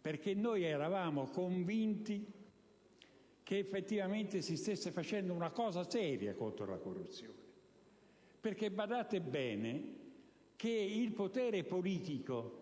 perché eravamo convinti che effettivamente si stesse facendo una cosa seria contro la corruzione. Infatti, badate bene, il potere politico,